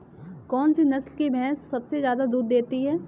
कौन सी नस्ल की भैंस सबसे ज्यादा दूध देती है?